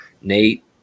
nate